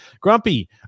Grumpy